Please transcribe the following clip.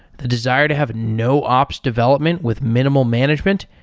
the desire to have no ops development with minimal management,